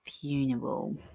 funeral